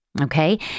okay